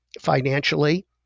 financially